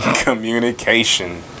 Communication